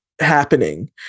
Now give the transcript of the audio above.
happening